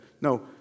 No